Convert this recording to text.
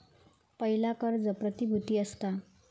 पयला कर्ज प्रतिभुती असता